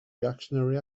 reactionary